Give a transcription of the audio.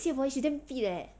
you see her body she damn fit eh